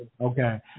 Okay